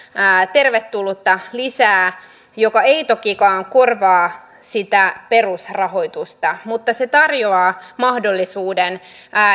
tervetullutta lisää joka ei tokikaan korvaa sitä perusrahoitusta mutta se tarjoaa mahdollisuuden